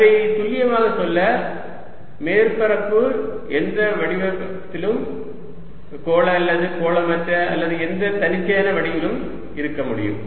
அதை துல்லியமாக சொல்ல மேற்பரப்பு எந்த வடிவத்திலும் கோள அல்லது கோளமற்ற அல்லது எந்த தன்னிச்சையான வடிவத்திலும் இருக்கமுடியும்